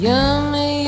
Yummy